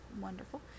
wonderful